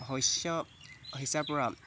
শষ্য সিঁচাৰ পৰা